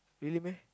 really meh